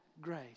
grace